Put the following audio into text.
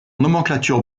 nomenclature